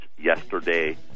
yesterday